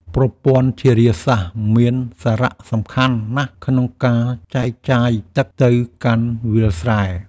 ប្រព័ន្ធធារាសាស្ត្រមានសារៈសំខាន់ណាស់ក្នុងការចែកចាយទឹកទៅកាន់វាលស្រែ។